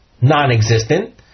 non-existent